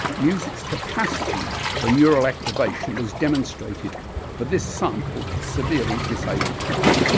music's capacity for neural activation was demonstrated for this sample of severely disabled people.